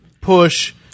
push